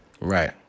Right